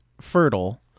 fertile